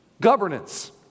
governance